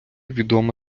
відома